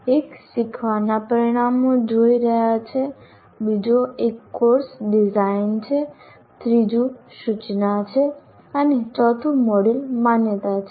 એક શીખવાના પરિણામો જોઈ રહ્યા છે બીજો એક કોર્સ ડિઝાઇન છે ત્રીજું સૂચના છે અને ચોથું મોડ્યુલમાન્યતા છે